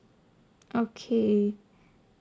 okay